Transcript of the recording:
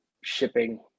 shipping